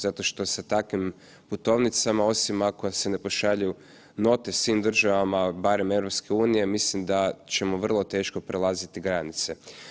Zašto što se takvim putovnicama, osim ako se ne pošalju note s tim državama, barem EU, mislim da ćemo vrlo teško prelaziti granice.